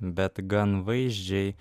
bet gan vaizdžiai